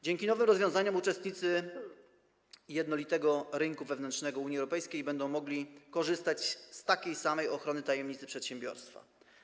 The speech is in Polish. Dzięki nowym rozwiązaniom uczestnicy jednolitego rynku wewnętrznego Unii Europejskiej będą mogli korzystać z takiej samej ochrony tajemnicy przedsiębiorstwa.